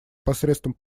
посредством